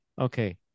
Okay